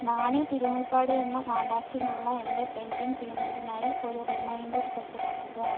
നാണി തിരുമുൽപ്പാട് എന്ന കോൺടാക്ടിനുള്ള എൻ്റെ പെൻഡിംഗ് പേയ്മെൻ്റിനായി ഒരു റിമൈൻഡർ സജ്ജമാക്കുക